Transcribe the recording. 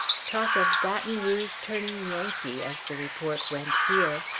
talk of baton rouge turning yankee, as the report went here!